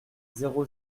zéro